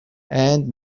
and